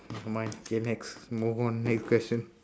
never mind okay next move on next question